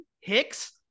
Hicks